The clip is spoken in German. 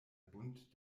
bund